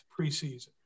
preseason